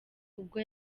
ubwo